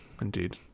Indeed